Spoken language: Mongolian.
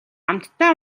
амттай